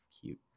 cute